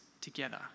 together